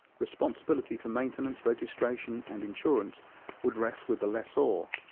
responsibility for maintenance, registration and insurance would rest with the lessor,